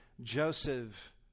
Joseph